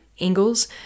angles